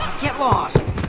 get lost?